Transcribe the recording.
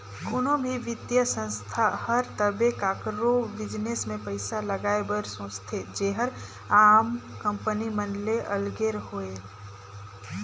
कोनो भी बित्तीय संस्था हर तबे काकरो बिजनेस में पइसा लगाए बर सोंचथे जेहर आम कंपनी मन ले अलगे होए